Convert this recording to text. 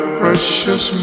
precious